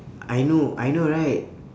I know I know right